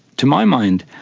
to my mind,